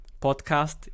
podcast